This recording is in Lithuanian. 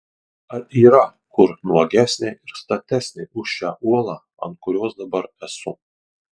ar yra kur nuogesnė ir statesnė už šią uolą ant kurios dabar esu